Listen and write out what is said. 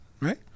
Right